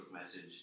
message